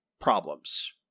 problems